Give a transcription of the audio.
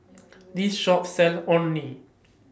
This Shop sells Orh Nee